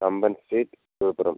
Amman street Villupuram